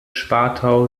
schwartau